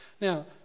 Now